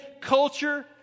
culture